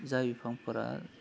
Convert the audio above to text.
जाय बिफांफोरा